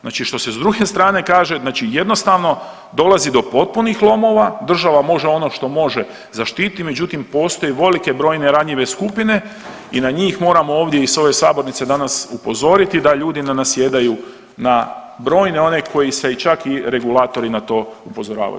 Znači što se s druge strane kaže znači jednostavno dolazi do potpunih lomova, država može ono što može zaštiti, međutim postoje velike brojne ranjive skupine i na njih moramo ovdje iz ove sabornice danas upozoriti da ljudi ne nasjedaju na brojne one koji se i čak i regulatori na to upozoravaju.